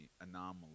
Anomaly